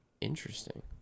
interesting